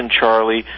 Charlie